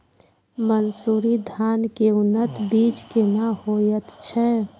मन्सूरी धान के उन्नत बीज केना होयत छै?